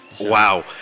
Wow